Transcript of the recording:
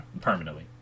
permanently